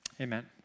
amen